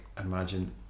imagine